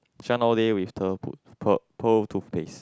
shine all day with pearl toothpaste